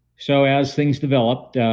so as things developed,